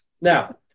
Now